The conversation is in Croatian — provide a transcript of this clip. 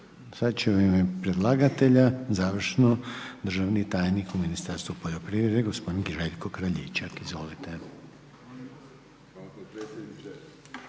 sad će u ime predlagatelja završno državni tajnik u Ministarstvu poljoprivrede, gospodin Željko Kraljičak, izvolite.